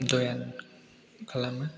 ध्यान खालामो